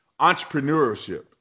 entrepreneurship